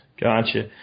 Gotcha